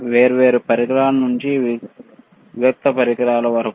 వేర్వేరు పరికరాల నుండి వివిక్త పరికరాల వరకు